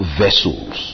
vessels